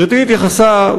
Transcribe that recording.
גברתי התייחסה,